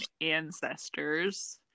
ancestors